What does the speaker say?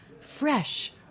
fresh